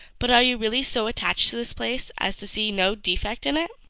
but are you really so attached to this place as to see no defect in it?